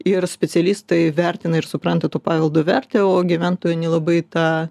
ir specialistai vertina ir supranta to paveldo vertę o gyventojų nelabai tą